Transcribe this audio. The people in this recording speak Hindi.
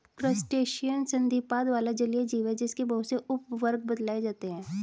क्रस्टेशियन संधिपाद वाला जलीय जीव है जिसके बहुत से उपवर्ग बतलाए जाते हैं